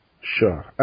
Sure